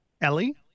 Ellie